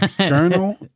journal